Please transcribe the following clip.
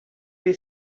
les